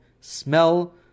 smell